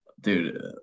Dude